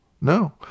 No